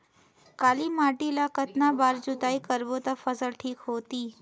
काली माटी ला कतना बार जुताई करबो ता फसल ठीक होती?